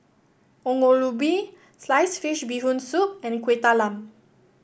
Ongol Ubi Sliced Fish Bee Hoon Soup and Kuih Talam